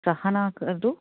सहना कदु